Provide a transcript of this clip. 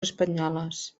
espanyoles